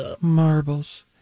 marbles